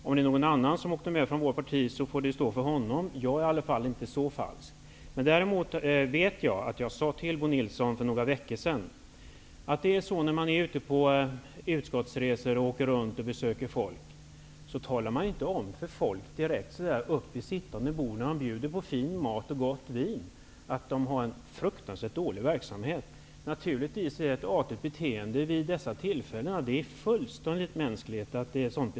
Om någon annan från mitt parti var med, så får det som det här talas om stå för vederbörande. Jag är i varje fall inte så falsk som det här talas om. Däremot vet jag att jag för några veckor sedan sade till Bo Nilsson att man när man är ute på utskottsresor och åker runt på besök inte direkt talar om för människor vid sittande bord och när det bjuds på fin mat och gott vin att deras verksamhet är fruktansvärt dålig. Naturligtvis beter man sig artigt vid sådana tillfällen. Det är verkligen mänskligt att bete sig så.